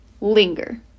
linger